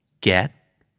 get